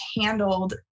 handled